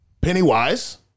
Pennywise